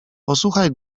posłuchaj